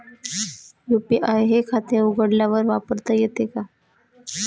UPI हे खाते उघडल्यावरच वापरता येते का?